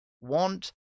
want